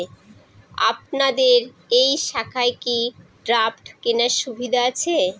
আপনাদের এই শাখায় কি ড্রাফট কেনার সুবিধা আছে?